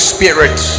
Spirit